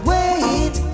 Wait